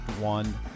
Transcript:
One